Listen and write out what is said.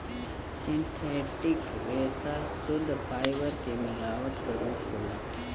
synthetic रेसा सुद्ध fibre के मिलावट क रूप होला